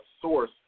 source